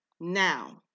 Now